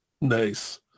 Nice